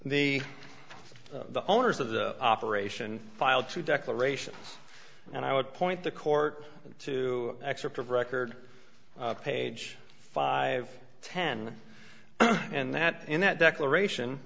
the the owners of the operation filed to declaration and i would point the court to excerpt of record page five ten and that in that declaration